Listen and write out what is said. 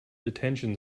detention